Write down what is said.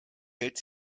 hält